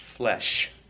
flesh